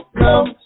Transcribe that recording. come